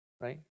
right